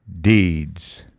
deeds